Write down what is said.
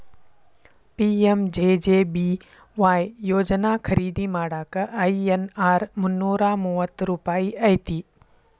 PMJJBY ಯೋಜನಾ ಖರೇದಿ ಮಾಡಾಕ ಐ.ಎನ್.ಆರ್ ಮುನ್ನೂರಾ ಮೂವತ್ತ ರೂಪಾಯಿ ಐತಿ